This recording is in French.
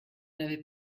n’avez